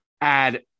Add